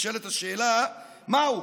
נשאלת השאלה: מהו?